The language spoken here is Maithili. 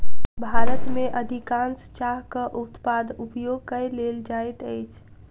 भारत में अधिकाँश चाहक उत्पाद उपयोग कय लेल जाइत अछि